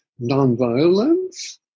nonviolence